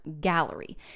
gallery